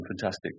fantastic